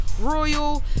Royal